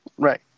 Right